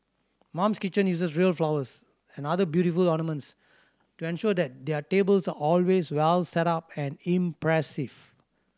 Mum's Kitchen uses real flowers and other beautiful ornaments to ensure that their tables always well setup and impressive